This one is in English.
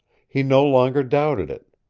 he no longer doubted it.